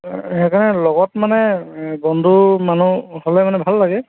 সেইকাৰণে লগত মানে বন্ধু মানুহ হ'লে মানে ভাল লাগে